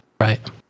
Right